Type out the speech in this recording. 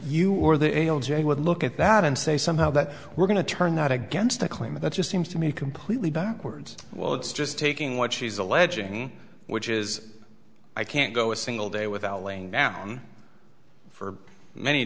you or the able jane would look at that and say somehow that we're going to turn that against a claim that just seems to me completely backwards well it's just taking what she's alleging which is i can't go a single day without laying down for many